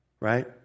right